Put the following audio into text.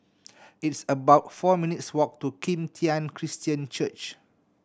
it's about four minutes' walk to Kim Tian Christian Church